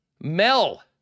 mel